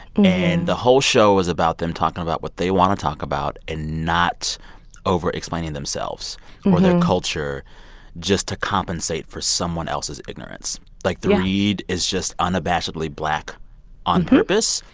and the whole show was about them talking about what they want to talk about and not overexplaining themselves or their culture just to compensate for someone else's ignorance yeah like, the read is just unabashedly black on purpose,